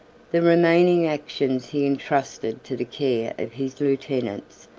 the remaining actions he intrusted to the care of his lieutenants,